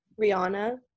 Rihanna